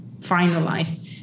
finalized